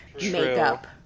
makeup